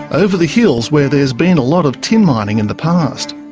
over the hills where there's been a lot of tin mining in the past.